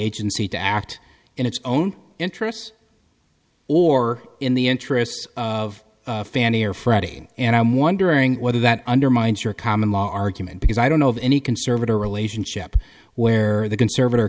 agency to act in its own interests or in the interests of fannie or freddie and i'm wondering whether that undermines your common law argument because i don't know of any conservator relationship where the conservat